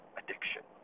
addiction